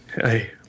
Hey